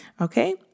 Okay